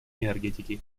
энергетики